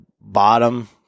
bottom